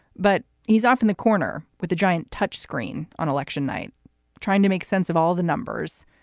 but he's off in the corner with a giant touchscreen on election night trying to make sense of all the numbers.